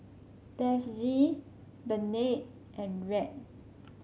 Bethzy Bernadette and Rhett